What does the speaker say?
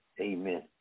amen